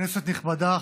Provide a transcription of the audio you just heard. כנסת נכבדה,